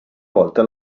volta